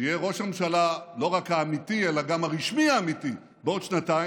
שיהיה ראש הממשלה לא רק האמיתי אלא גם הרשמי האמיתי בעוד שנתיים,